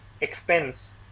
expense